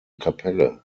kapelle